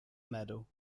medal